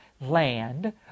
land